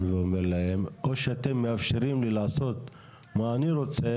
ואומר להם או שאתם מאפשרים לי לעשות מה אני רוצה,